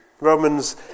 Romans